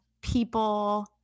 people